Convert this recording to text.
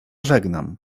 żegnam